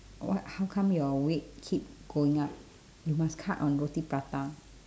wha~ how come your weight keep going up you must cut on roti prata